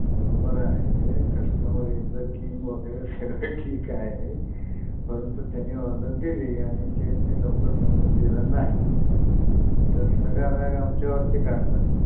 बरोबर आहे customer is the king वगैरे सगळं ठीक आहे परंतु त्यांनी ऑर्डर दिली आणि शेफनी लवकर बनवून दिलं नाही तर सगळा राग आमच्यावरती काढतात ते